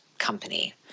Company